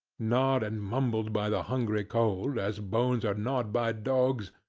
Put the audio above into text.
gnawed and mumbled by the hungry cold as bones are gnawed by dogs,